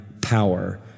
power